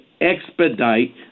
expedite